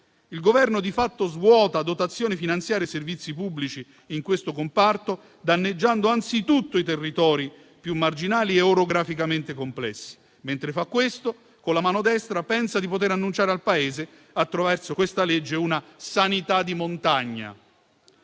Il Governo, di fatto, svuota dotazioni finanziarie e servizi pubblici in questo comparto, danneggiando anzitutto i territori più marginali e orograficamente complessi. Mentre fa questo, con la mano destra pensa di poter annunciare al Paese, attraverso questa legge, una sanità di montagna,